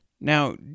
Now